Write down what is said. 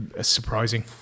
surprising